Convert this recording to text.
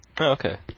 okay